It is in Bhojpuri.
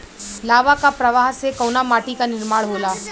लावा क प्रवाह से कउना माटी क निर्माण होला?